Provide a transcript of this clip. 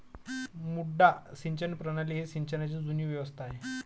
मुड्डा सिंचन प्रणाली ही सिंचनाची जुनी व्यवस्था आहे